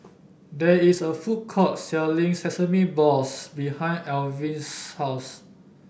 there is a food court selling Sesame Balls behind Alvy's house